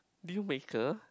deal maker